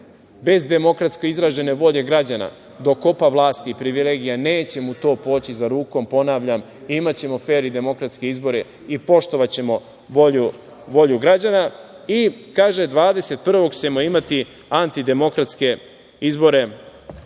bez demokratski izražene volje građana, dokopa vlasti i privilegija. Neće mu to poći za rukom. Ponavljam, imaćemo fer i demokratske izbore i poštovaćemo volju građana. Kaže – 21. juna ćemo imati antidemokratske izbore.